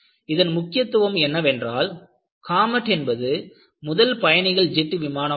இதன் முக்கியத்துவம் என்னவென்றால் காமெட் என்பது முதல் பயணிகள் ஜெட் விமானம் ஆகும்